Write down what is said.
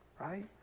right